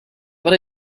but